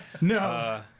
no